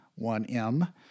1M